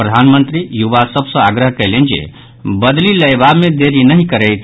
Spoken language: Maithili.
प्रधानमंत्री युवा सभ सॅ आग्रह कयलनि जे बदलि लयबा मे देरि नहि करैथ